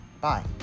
Bye